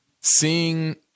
seeing